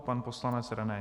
Pan poslanec René